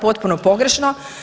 Potpuno pogrešno.